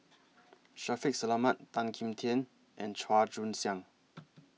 Shaffiq Selamat Tan Kim Tian and Chua Joon Siang